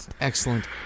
Excellent